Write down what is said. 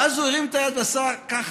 ואז הוא הרים את היד ועשה ככה,